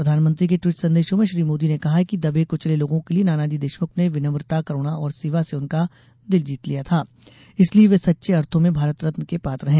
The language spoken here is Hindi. प्रधानमंत्री के ट्वीट संदेशों में श्री मोदी ने कहा कि दबे कुचले लोगों के लिये नानाजी देशमुख ने विनम्रता करूणा और सेवा से उनका दिल जीत लिया था इसलिये वे सच्चे अर्थों में भारत रत्न के पात्र हैं